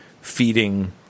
feeding